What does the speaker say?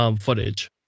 footage